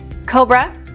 COBRA